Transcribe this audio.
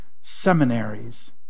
seminaries